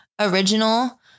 original